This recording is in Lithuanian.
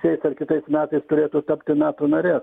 šiais ar kitais metais turėtų tapti nato nare